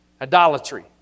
idolatry